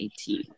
18